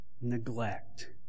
neglect